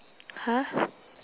!huh!